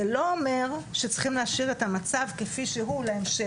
זה לא אומר שצריכים להשאיר את המצב כפי שהוא להמשך.